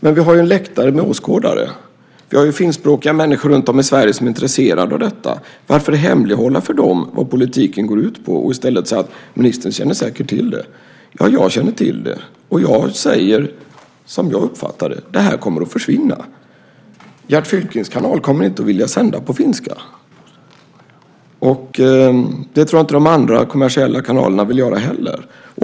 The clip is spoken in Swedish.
Men vi har ju en läktare med åskådare! Vi har ju finskspråkiga människor runtom i Sverige som är intresserade av detta. Varför hemlighålla för dem vad politiken går ut på och i stället säga att ministern säkert känner till detta? Ja, jag känner till det. Och jag säger som jag uppfattar det: Det här kommer att försvinna. Gert Fylkings kanal kommer inte att vilja sända på finska. Det tror jag inte att de andra kommersiella kanalerna vill göra heller.